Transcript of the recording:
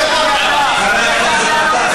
חבר הכנסת גטאס,